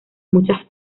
muchas